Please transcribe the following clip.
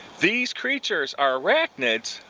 these creatures are arachnids,